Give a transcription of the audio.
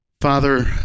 father